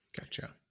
gotcha